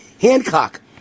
Hancock